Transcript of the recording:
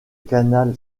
canal